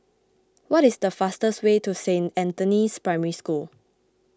what is the fastest way to Saint Anthony's Primary School